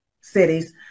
cities